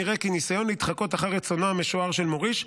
נראה כי ניסיון להתחקות אחר רצונו המשוער של מוריש,